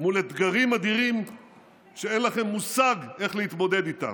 מול אתגרים אדירים שאין לכם מושג איך להתמודד איתם.